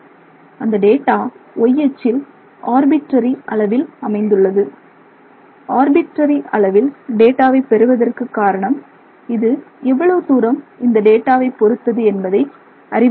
அந்த data y அச்சில் arbitrary அளவில்அமைந்துள்ளது ஆர்பிட்டரி அளவில் டேட்டாவை பெறுவதற்கும் காரணம் இது எவ்வளவு தூரம் இந்த டேட்டாவை பொருத்தது என்பதை அறிவதற்காக